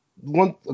one